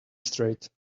straight